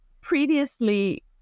previously